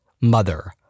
Mother